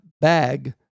bag